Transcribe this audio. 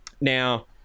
now